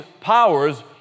powers